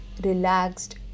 relaxed